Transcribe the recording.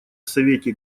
совете